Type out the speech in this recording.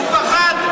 הוא פחד.